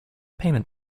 payment